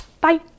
Bye